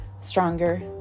stronger